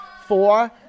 four